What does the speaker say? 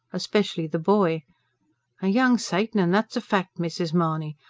especially the boy a young satan, and that's a fact, mrs. mahony!